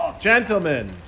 Gentlemen